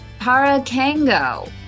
Parakango